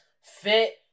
fit